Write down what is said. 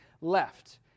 left